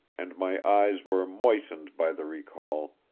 and my eyes were moistened by the recall,